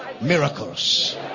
Miracles